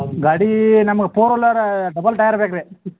ಗಾಡಿ ನಮ್ಗ four wheeler double tyre ಬೇಕು ರೀ